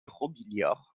robiliard